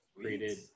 Created